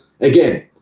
again